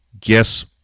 Guess